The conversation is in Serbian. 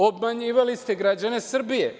Obmanjivali ste građane Srbije.